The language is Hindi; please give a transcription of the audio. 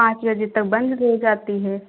पाँच बजे तक बंद भी हो जाती है